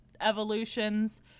evolutions